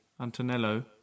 Antonello